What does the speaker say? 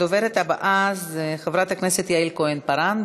הדוברת הבאה, חברת הכנסת יעל כהן-פארן.